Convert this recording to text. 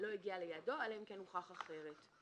הגיע ליעדו, אלא אם כן הוכח אחרת,".